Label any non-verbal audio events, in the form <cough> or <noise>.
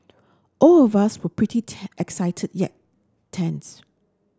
all of us were pretty <unintelligible> excited yet tense